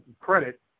credit